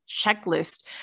checklist